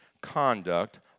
conduct